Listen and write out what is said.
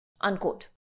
Unquote